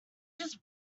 just